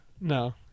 No